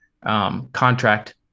Contract